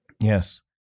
Yes